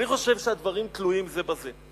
אני חושב שהדברים תלויים זה בזה.